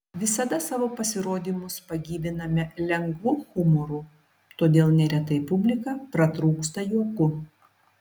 visada savo pasirodymus pagyviname lengvu humoru todėl neretai publika pratrūksta juoku